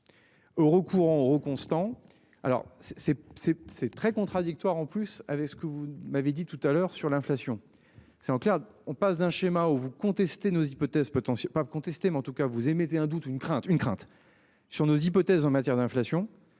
euros constants alors c'est c'est c'est c'est très contradictoire en plus avec ce que vous m'avez dit tout à l'heure sur l'inflation, c'est en clair. On passe d'un schéma ou vous contestez nos hypothèses peut pas contesté mais en tout cas vous émettez un doute une crainte, une crainte sur nos hypothèses en matière d'inflation